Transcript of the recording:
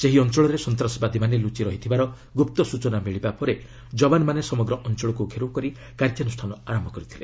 ସେହି ଅଞ୍ଚଳରେ ସନ୍ତାସବାଦୀମାନେ ଲୁଚି ରହିଥିବାର ଗୁପ୍ତ ଖବର ମିଳିବା ପରେ ଜବାନମାନେ ସମଗ୍ର ଅଞ୍ଚଳକୁ ଘେରାଓ କରି କାର୍ଯ୍ୟାନୁଷ୍ଠାନ ଆରମ୍ଭ କରିଥିଲେ